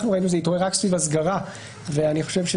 אנחנו ראינו שזה התעורר רק סביב הסגרה ואני